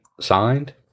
signed